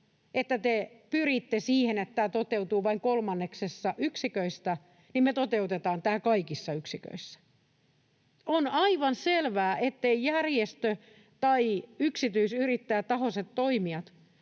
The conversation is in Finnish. että te pyritte siihen, että tämä toteutuu vain kolmanneksessa yksiköistä, me toteutetaan tämä kaikissa yksiköissä. On aivan selvää, etteivät järjestö- tai yksityisyrittäjätahoiset toimijat